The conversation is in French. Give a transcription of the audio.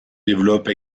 développe